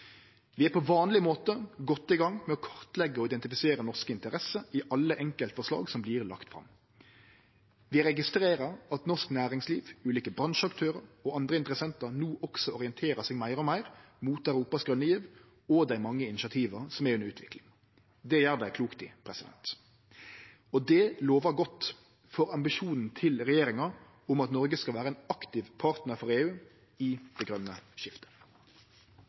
Vi er på vanleg måte godt i gang med å kartleggje og identifisere norske interesser i alle enkeltforslaga som vert lagde fram. Vi registrerer at norsk næringsliv, ulike bransjeaktørar og andre interessentar no også orienterer seg meir og meir mot Europas grøne giv og dei mange initiativa som er under utvikling. Det gjer dei klokt i. Det lovar godt for ambisjonen til regjeringa om at Noreg skal vere ein aktiv partnar for EU i det grøne skiftet.